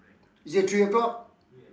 is it three o-clock